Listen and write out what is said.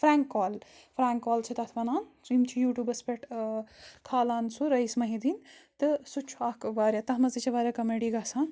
frank call prank call چھِ تَتھ وَنان یِم چھِ یوٗٹیوٗبَس پٮ۪ٹھ کھالان سُہ رٔیٖس محدیٖن تہٕ سُہ چھُ اکھ واریاہ تَتھ منٛز تہِ چھِ واریاہ کمٮ۪ڈی گژھان